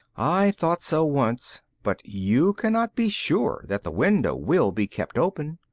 i thought so once, but you cannot be sure that the window will be kept open.